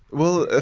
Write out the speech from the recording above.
well, ah